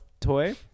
toy